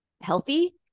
healthy